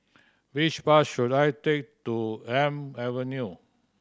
which bus should I take to Elm Avenue